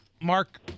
Mark